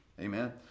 Amen